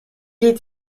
est